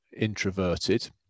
introverted